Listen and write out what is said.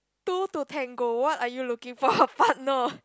two to tango what are you looking for a partner